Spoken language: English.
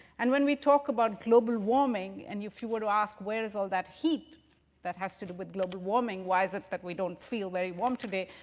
and when we talk about global warming, and if you were to ask, where is all that heat that has to do with global warming, why is it that we don't feel very warm today,